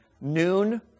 noon